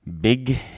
Big